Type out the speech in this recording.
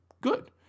good